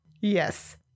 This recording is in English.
Yes